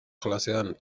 jolasean